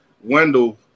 Wendell